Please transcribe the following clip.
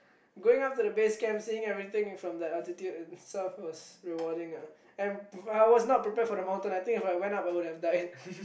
going up to the base camp seeing everything from that altitude itself was rewarding ah and I was not prepared for the mountain I think if I went up I would have died